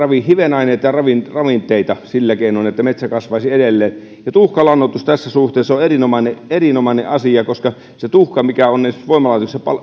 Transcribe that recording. hivenaineita ja ravinteita sillä keinoin että metsä kasvaisi edelleen tuhkalannoitus tässä suhteessa on erinomainen erinomainen asia koska se tuhka mikä on voimalaitoksissa